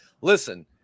listen